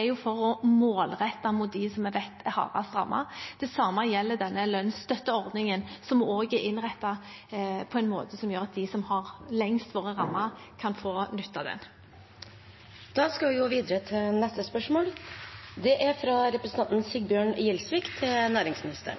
er for å målrette mot dem som vi vet er hardest rammet. Det samme gjelder lønnsstøtteordningen, som også er innrettet på en måte som gjør at de som har vært rammet lengst, kan få nytte av den. «I Stortinget 12. april viste utenriksministeren til